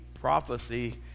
prophecy